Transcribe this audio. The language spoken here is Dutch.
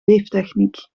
weeftechniek